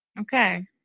Okay